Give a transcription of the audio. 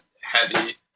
heavy